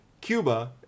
Cuba